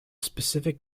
specific